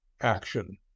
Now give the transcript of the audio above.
action